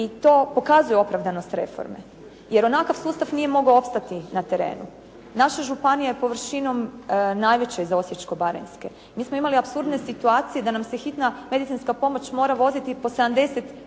i to pokazuje opravdanost reforme. Jer onakva sustav nije mogao opstati na terenu. Naša županija je površinom najveća iza Osječko-baranjske. Mi smo imali apsurdne situacije da nam se hitna medicinska pomoć mora voziti po 70